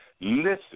Listen